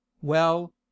well